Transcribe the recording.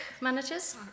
managers